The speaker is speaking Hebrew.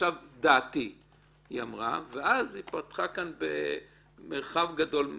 ועכשיו דעתי ואז היא פתחה כאן במרחב גדול.